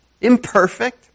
Imperfect